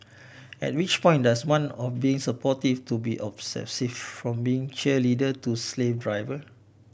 at which point does one or being supportive to be obsessive from being cheerleader to slave driver